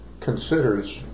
considers